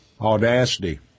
Audacity